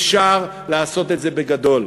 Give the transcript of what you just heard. אפשר לעשות את זה בגדול.